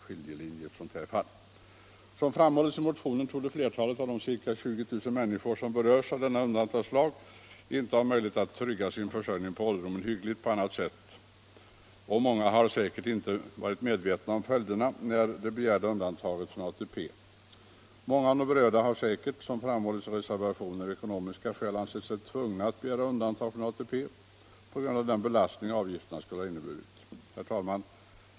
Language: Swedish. Som framhålls i motionen torde flertalet av de ca 20 000 människor som berörs av denna undantagslag inte ha haft möjlighet att trygga sin försörjning på ålderdomen hyggligt på annat sätt, och många har säkert inte varit medvetna om följderna när de begärde undantag från ATP. Många av de berörda har säkert, som anförs i reservationen, av ekonomiska skäl ansett sig tvungna att begära undantag från ATP på grund av den belastning avgifterna då skulle ha inneburit. Herr talman!